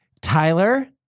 Tyler